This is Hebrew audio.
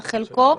לפחות על חלקו.